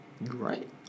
Right